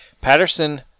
Patterson